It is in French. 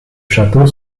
château